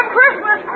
Christmas